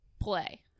play